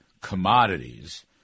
commodities